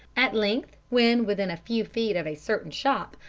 at length, when within a few feet of a certain shop,